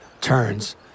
turns